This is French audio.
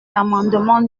l’amendement